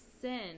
sin